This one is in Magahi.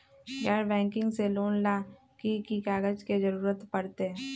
गैर बैंकिंग से लोन ला की की कागज के जरूरत पड़तै?